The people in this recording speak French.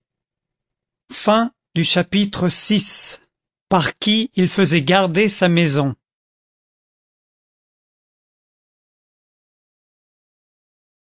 chapitre vi par qui il faisait garder sa maison